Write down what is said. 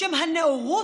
בשם הנאורות?